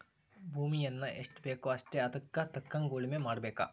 ಭೂಮಿಯನ್ನಾ ಎಷ್ಟಬೇಕೋ ಅಷ್ಟೇ ಹದಕ್ಕ ತಕ್ಕಂಗ ಉಳುಮೆ ಮಾಡಬೇಕ